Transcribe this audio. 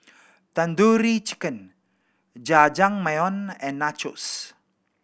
Tandoori Chicken Jajangmyeon and Nachos